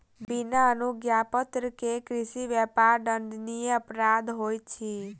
बिना अनुज्ञापत्र के कृषि व्यापार दंडनीय अपराध होइत अछि